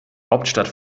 hauptstadt